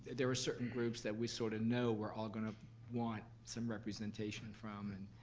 there are certain groups that we sort of know we're all gonna want some representation from and